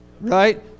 right